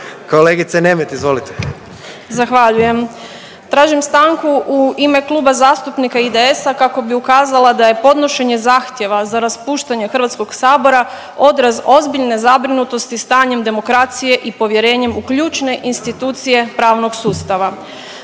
Kolegice Nemet, izvolite.